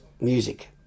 music